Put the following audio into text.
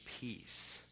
peace